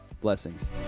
Blessings